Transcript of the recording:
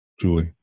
Julie